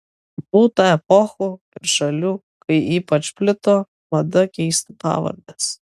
būta epochų ir šalių kai ypač plito mada keisti pavardes